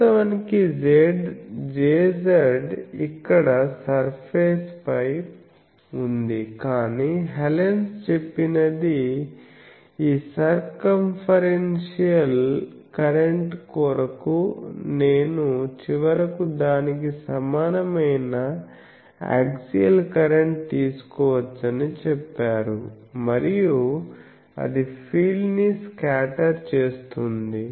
వాస్తవానికి Jz ఇక్కడ surface పై ఉంది కానీ హెలెన్స్ చెప్పినది ఈ సర్కంఫరెన్షియల్ కరెంట్ కొరకు నేను చివరకు దానికి సమానమైన ఆక్సియాల్ కరెంట్ తీసుకోవచ్చని చెప్పారు మరియు అది ఫీల్డ్ ని స్కాటర్ చేస్తుంది